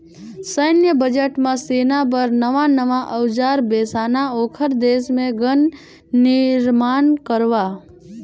सैन्य बजट म सेना बर नवां नवां अउजार बेसाना, ओखर देश मे गन निरमान करबा